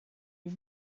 you